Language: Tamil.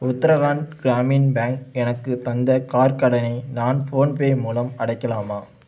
உத்தரகாண்ட் கிராமின் பேங்க் எனக்கு தந்த கார் கடனை நான் ஃபோன்பே மூலம் அடைக்கலாமா